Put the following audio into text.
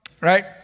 Right